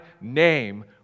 name